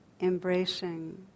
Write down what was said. embracing